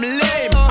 lame